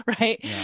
right